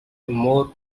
more